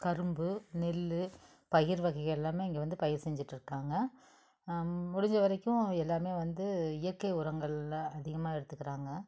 கரும்பு நெல் பயிர் வகைகள் எல்லாமே இங்கே வந்து பயிர் செஞ்சிகிட்ருக்காங்க முடிந்த வரைக்கும் எல்லாமே வந்து இயற்கை உரங்கள்ல அதிகமாக எடுத்துக்கிறாங்க